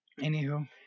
Anywho